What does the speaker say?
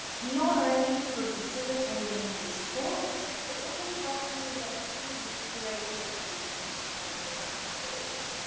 not only for facilitating this talk but also for offering me the opportunity to curate the exhibition that's currently downstairs.